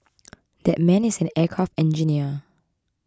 that man is an aircraft engineer